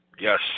Yes